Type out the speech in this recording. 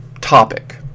topic